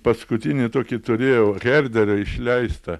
paskutinį tokį turėjau herderio išleistą